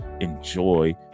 enjoy